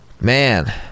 Man